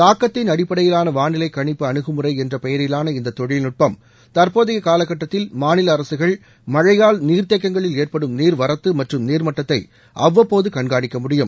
தாக்கத்தின் அடிப்படையிலான வானிலை கணிப்பு அணுகுமுறை என்ற பெயரிலான இந்த தொழில்நுட்பம் தற்போதைய காலக்கட்டத்தில் மாநில அரசுகள் மழழயால் நீர்த்தேக்கங்களில் ஏற்படும் நீர்வரத்து மற்றும் நீர்மட்டத்தை அவ்வப்போது கண்காணிக்க முடியும்